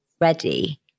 ready